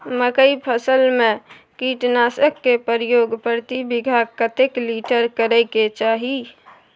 मकई फसल में कीटनासक के प्रयोग प्रति बीघा कतेक लीटर करय के चाही?